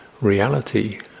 reality